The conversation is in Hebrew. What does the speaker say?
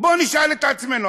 בוא נשאל את עצמנו.